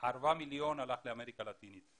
ארבעה מיליון הלך לאמריקה הלטינית,